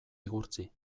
igurtzi